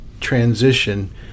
transition